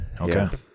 Okay